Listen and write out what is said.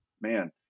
man